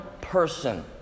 person